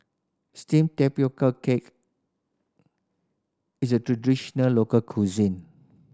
steamed tapioca cake is a traditional local cuisine